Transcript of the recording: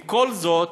עם כל זה,